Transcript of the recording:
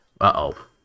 Uh-oh